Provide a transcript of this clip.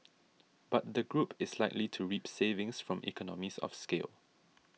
but the group is likely to reap savings from economies of scale